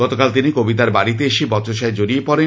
গতকাল তিনি কবিতার বাড়িতে এসে বচসায় জড়িয়ে পড়েন